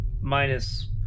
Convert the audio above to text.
minus